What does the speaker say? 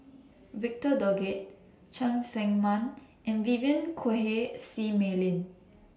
Victor Doggett Cheng Tsang Man and Vivien Quahe Seah Mei Lin